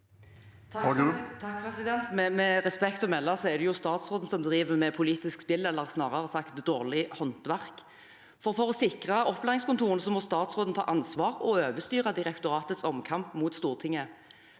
Med respekt å melde er det statsråden som driver med politisk spill, eller snarere sagt dårlig håndverk. For å sikre opplæringskontorene må statsråden ta ansvar og overstyre direktoratets omkamp mot Stortinget.